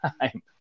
time